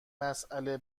مسئله